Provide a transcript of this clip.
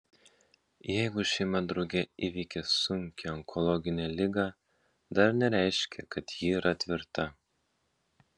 jeigu šeima drauge įveikė sunkią onkologinę ligą dar nereiškia kad ji yra tvirta